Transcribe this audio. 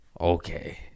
Okay